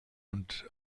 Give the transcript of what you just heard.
und